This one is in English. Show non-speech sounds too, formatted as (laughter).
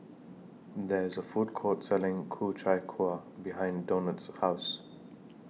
There IS A Food Court Selling Ku Chai Kueh behind Donat's House (noise)